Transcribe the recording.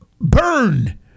Burn